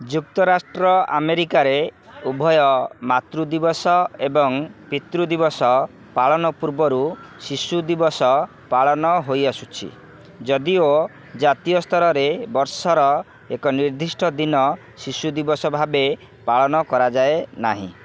ଯୁକ୍ତରାଷ୍ଟ୍ର ଆମେରିକାରେ ଉଭୟ ମାତୃ ଦିବସ ଏବଂ ପିତୃ ଦିବସ ପାଳନ ପୂର୍ବରୁ ଶିଶୁ ଦିବସ ପାଳନ ହୋଇଆସୁଛି ଯଦିଓ ଜାତୀୟ ସ୍ତରରେ ବର୍ଷର ଏକ ନିର୍ଦ୍ଦିଷ୍ଟ ଦିନ ଶିଶୁ ଦିବସ ଭାବେ ପାଳନ କରାଯାଏନାହିଁ